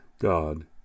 God